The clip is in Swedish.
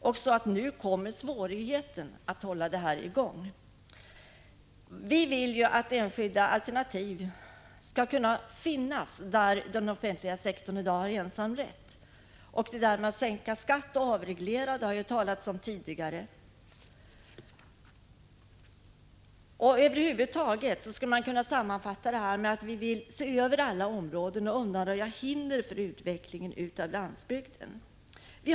Nu kommer alltså svårigheten med att hålla alla verksamheter igång. Vi vill ju att enskilda alternativ skall finnas där den offentliga sektorn i dag har ensamrätt. Skattesänkningar och avregleringar har berörts här tidigare. Jag skulle vilja sammanfatta detta genom att säga att vi vill se över alla områden och undanröja hinder för utvecklingen av landsbygden.